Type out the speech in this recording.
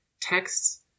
texts